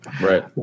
Right